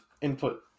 input